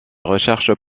recherches